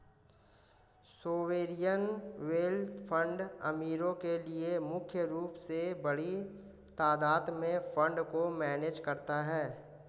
sovereign wealth fund अमीरो के लिए मुख्य रूप से बड़ी तादात में फंड को मैनेज करता है